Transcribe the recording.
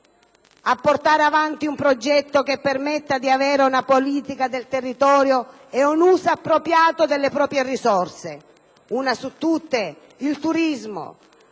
a portare avanti un progetto che permetta di avere una politica del territorio e un uso appropriato delle proprie risorse, con particolare